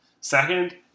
second